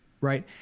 right